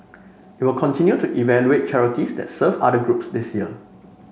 it will continue to evaluate charities that serve other groups this year